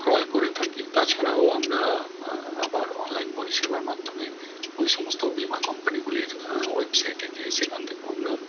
ক্রয় করে থাকি তাছাড়াও আমরা আবার অনলাইন পরিষেবার মাধ্যমে ওই সমস্ত বিমা কোম্পানিগুলির ওয়েবসাইটে গিয়ে সেখান থেকেও আমরা